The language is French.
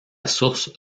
source